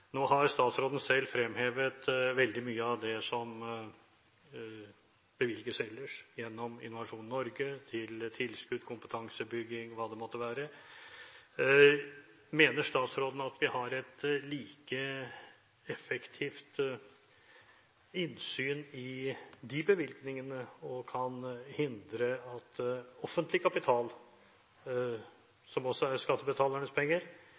Nå har statsråden selv fremhevet veldig mye av det som bevilges ellers – gjennom Innovasjon Norge, til tilskudd og kompetansebygging og hva det måtte være. Mener statsråden at vi har et like effektivt innsyn i de bevilgningene, som kan hindre at offentlig kapital, som også er skattebetalernes penger,